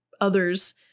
others